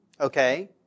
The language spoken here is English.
okay